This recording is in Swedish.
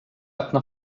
öppna